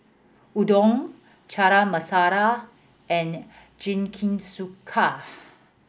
Udon Chana Masala and Jingisukan